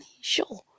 Sure